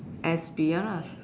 S P ya lah